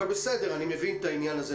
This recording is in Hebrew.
אבל בסדר, אני מבין את העניין הזה.